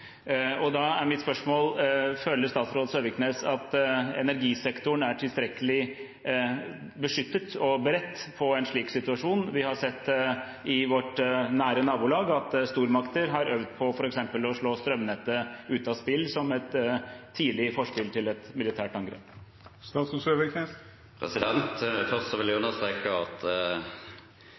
overgrep. Da er mitt spørsmål: Føler statsråd Søviknes at energisektoren er tilstrekkelig beskyttet og beredt på en slik situasjon? Vi har sett i vårt nære nabolag at stormakter har øvd på f.eks. å slå strømnettet ut av spill som et tidlig forspill til et militært angrep. Først vil jeg understreke at